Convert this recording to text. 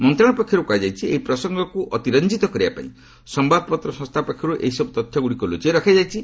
ମନ୍ତ୍ରଣାଳୟ ପକ୍ଷରୁ କୁହାଯାଇଛି ଏହି ପ୍ରସଙ୍ଗକୁ ଅତିରଞ୍ଜିତ କରିବା ପାଇଁ ସମ୍ଭାଦପତ୍ର ସଂସ୍ଥା ପକ୍ଷରୁ ଏହିସବୁ ତଥ୍ୟଗୁଡ଼ିକ ଲୁଚାଇ ରଖାଯାଇଛି